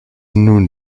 nun